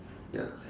ya